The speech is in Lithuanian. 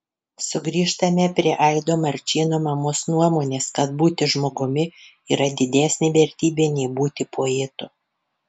sugrįžtame prie aido marčėno mamos nuomonės kad būti žmogumi yra didesnė vertybė nei būti poetu